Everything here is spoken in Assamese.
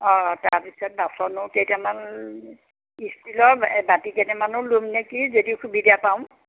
অঁ তাৰ পিছত বাচনো কেইটামান ইষ্টিলৰ বাটি কেইটামানো ল'ম নেকি যদি সুবিধা পাওঁ